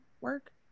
work